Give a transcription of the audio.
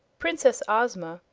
princess ozma,